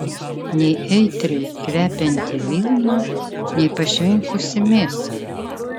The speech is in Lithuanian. nei aitriai kvepianti vilna nei pašvinkusi mėsa